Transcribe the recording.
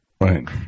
Right